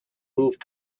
moved